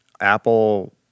Apple